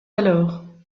alors